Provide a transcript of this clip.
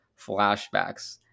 flashbacks